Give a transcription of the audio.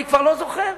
אני כבר לא זוכר.